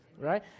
right